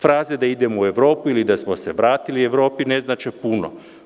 Fraze da idemo u Evropu ili da smo se vratili Evropi ne znači puno.